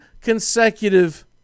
consecutive